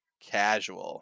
casual